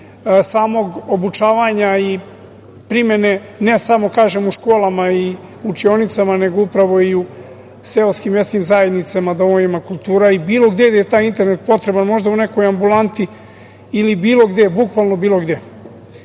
samog obučavanja i primene ne samo, kažem, u školama i učionicama, nego upravo i u seoskim mesnim zajednicama, domovima kulture i bilo gde gde je taj internet potreban, možda u nekoj ambulanti ili bilo gde, bukvalno bilo gde. Bilo